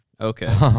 Okay